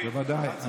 בוודאי.